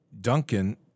Duncan